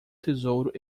tesouro